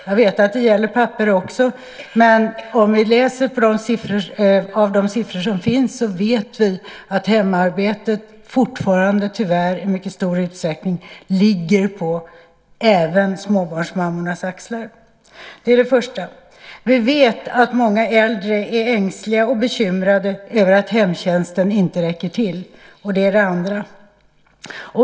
Jag vet att det gäller pappor också, men om vi läser de siffror som finns vet vi att även hemarbetet fortfarande tyvärr i mycket stor utsträckning ligger på småbarnsmammornas axlar. Det är det första. Vi vet också att många äldre är ängsliga och bekymrade över att hemtjänsten inte räcker till. Det är det andra.